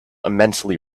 immensely